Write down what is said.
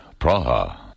Praha